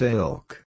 Silk